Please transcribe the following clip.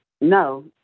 No